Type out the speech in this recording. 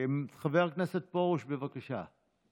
חבר הכנסת פרוש, בבקשה.